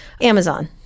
Amazon